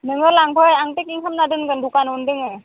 नोङो लांफै आं पेकिं खामना दोनगोन दखानावनो दोङो